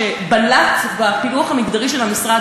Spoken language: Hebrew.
שבלט בפילוח המגדרי של המשרד.